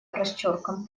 росчерком